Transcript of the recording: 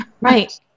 right